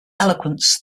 eloquence